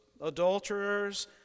adulterers